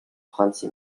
franzi